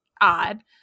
odd